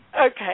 Okay